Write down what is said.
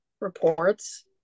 reports